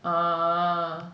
orh